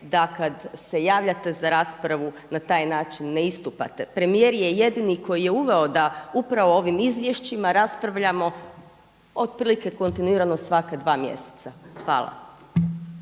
da kad se javljate za raspravu na taj način ne istupate. Premijer je jedini koji je uveo da upravo o ovim izvješćima raspravljamo otprilike kontinuirano svaka dva mjeseca. Hvala.